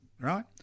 right